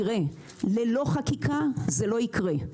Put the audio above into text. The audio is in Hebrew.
תראה, ללא חקיקה זה לא יקרה.